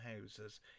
houses